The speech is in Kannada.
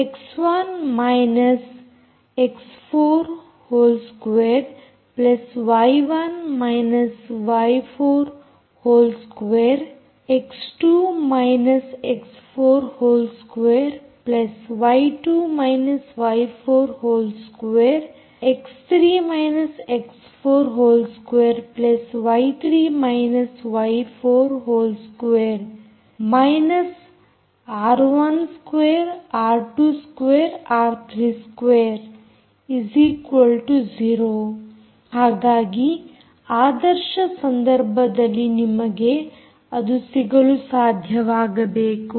x one X4 2 y one ವೈ4 2 X2 X4 2 y two ವೈ4 2 X3 X4 2 ವೈ3 ವೈ4 2 R one 2 R two 2 ಆರ್3 2 0 ಹಾಗಾಗಿ ಆದರ್ಶ ಸಂದರ್ಭದಲ್ಲಿ ನಿಮಗೆ ಅದು ಸಿಗಲು ಸಾಧ್ಯವಾಗಬೇಕು